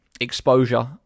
exposure